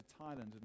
Thailand